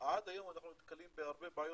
עד היום אנחנו נתקלים בהרבה בעיות,